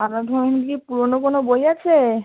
আপনার দোকানে কি পুরোনো কোনো বই আছে